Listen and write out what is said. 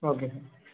okay sir